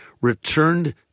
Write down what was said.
returned